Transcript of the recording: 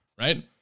right